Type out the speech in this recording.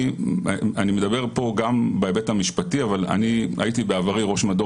אני מדבר פה גם בהיבט המשפטי אבל הייתי בעברי ראש מדור